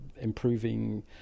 improving